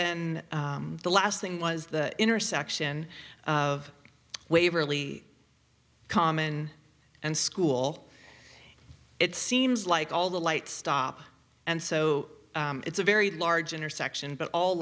then the last thing was the intersection of waverly common and school it seems like all the lights stop and so it's a very large intersection but all